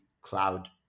cloud